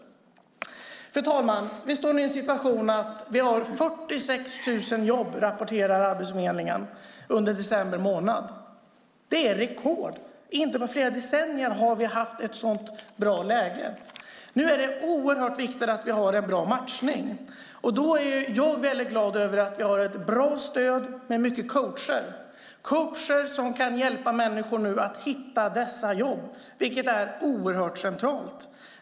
Fru talman! Vi står nu i en situation med 46 000 jobb, rapporterar Arbetsförmedlingen under december månad. Det är rekord. Inte på flera decennier har vi haft ett sådant bra läge. Nu är det alltså oerhört viktigt att vi har en bra matchning, och då är jag väldigt glad över att vi har ett bra stöd med många coacher som kan hjälpa människor att hitta dessa jobb, vilket är oerhört centralt.